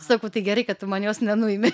sakau tai gerai kad tu man jos nenuimi